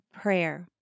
prayer